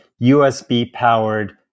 USB-powered